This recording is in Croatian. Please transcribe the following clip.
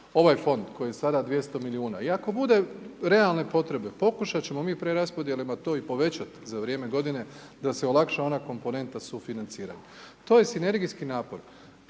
ovaj fond koji je sada 200 milijuna i ako bude realne potrebe pokušat ćemo mi preraspodjelama to i povećat za vrijeme godine da se olakša ona komponenta sufinanciranja. To je sinergijski napor.